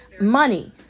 money